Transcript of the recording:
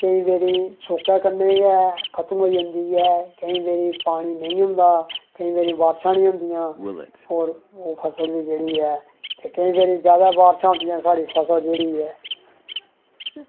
केईं बारी सुक्के कन्नै गै खत्म होई जंदी ऐ केईं बारी पानी नेईं होंदा केईं बारी बारिशां निं होंदियां होर ओह् फसल बी जेह्ड़ी ऐ ते केईं बारी जैदा बारिशां होंदियां कि साढ़ी फसल जेह्ड़ी ऐ